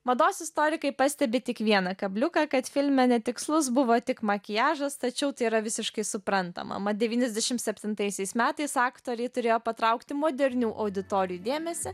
mados istorikai pastebi tik vieną kabliuką kad filme netikslus buvo tik makiažas tačiau tai yra visiškai suprantama mat devyniasdešimt septintaisiais metais aktoriai turėjo patraukti modernių auditorijų dėmesį